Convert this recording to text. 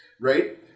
Right